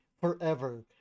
forever